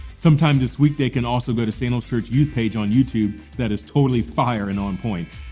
sometime this week they can also go to sandal church youth page on youtube that is totally fire and on point.